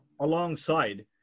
alongside